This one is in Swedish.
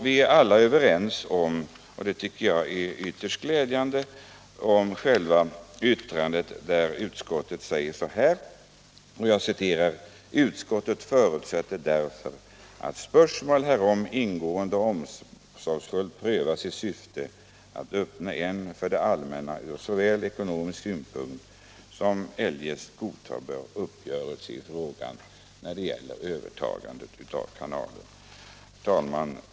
Vi är alla överens om — och det tycker jag är ytterst glädjande — själva yttrandet, där utskottet säger: ”Utskottet förutsätter därför att spörsmålen härom ingående och omsorgsfullt prövas i syfte att uppnå en för det allmänna ur såväl ekonomiska synpunkter som eljest godtagbar uppgörelse i frågan” — alltså frågan om övertagandet av kanalen. Herr talman!